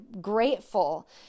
grateful